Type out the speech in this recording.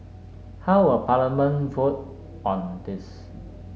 how will Parliament vote on this